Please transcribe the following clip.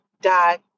die